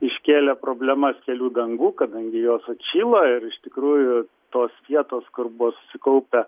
iškėlė problemas kelių dangų kadangi jos atšilo ir iš tikrųjų tos vietos kur buvo susikaupę